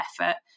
effort